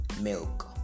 milk